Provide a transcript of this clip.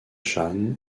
jan